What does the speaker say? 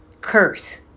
curse